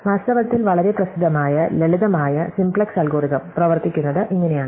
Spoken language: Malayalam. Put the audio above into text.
വാസ്തവത്തിൽ വളരെ പ്രസിദ്ധമായ ലളിതമായ സിംപ്ലക്സ് അൽഗോരിതം പ്രവർത്തിക്കുന്നത് ഇങ്ങനെയാണ്